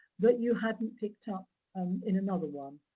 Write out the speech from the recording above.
that you hadn't picked up um in another one.